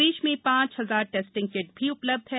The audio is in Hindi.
प्रदेश में पांच हजार टेस्टिंग किट भी उपलब्ध है